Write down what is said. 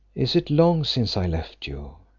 is it long since i left you?